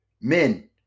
Men